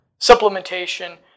supplementation